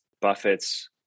Buffett's